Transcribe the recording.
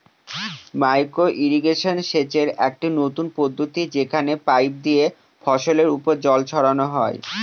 micro irrigation সেচের একটি নতুন পদ্ধতি যেখানে পাইপ দিয়ে ফসলের ওপর জল ছড়ানো হয়